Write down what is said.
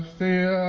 the